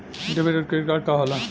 Debit और credit card का होला?